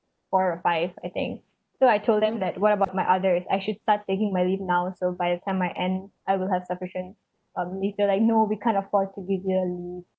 four or five I think so I told them that what about my others I should start taking my leave now so by the time I end I will have sufficient um leave they were like no we can't afford to give you a leave